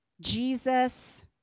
Jesus